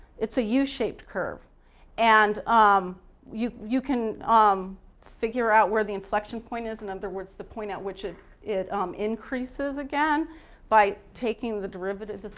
it's a yeah u-shaped curve and um you you can um figure out where the inflection point is, in other words the point in which it it increases again by taking the derivative,